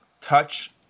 touch